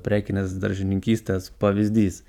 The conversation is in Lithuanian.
prekinės daržininkystės pavyzdys